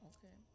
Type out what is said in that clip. Okay